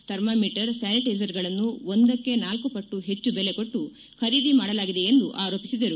thermometer ಸ್ಥಾನಿಟೈಸರ್ಗಳನ್ನು ಒಂದಕ್ಕೆ ನಾಲ್ಕು ಪಟ್ಟು ಹೆಚ್ಚು ಬೆಲೆ ಕೊಟ್ಟು ಖರೀದಿ ಮಾಡಲಾಗಿದೆ ಎಂದು ಆರೋಪಿಸಿದರು